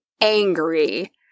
angry